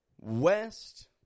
West